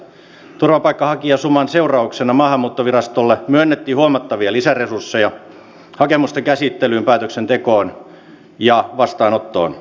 turvapaikanhakijasuman seurauksena maahanmuuttovirastolle myönnettiin huomattavia lisäresursseja hakemusten käsittelyyn päätöksentekoon ja vastaanottoon